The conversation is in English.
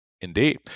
Indeed